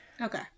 Okay